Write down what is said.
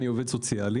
אני עובד סוציאלי,